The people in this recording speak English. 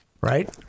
right